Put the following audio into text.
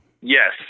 Yes